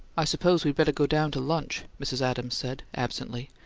i suppose we'd better go down to lunch, mrs. adams said, absently.